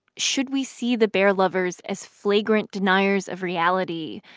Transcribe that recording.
should we see the bear lovers as flagrant deniers of reality?